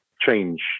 change